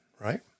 right